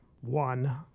one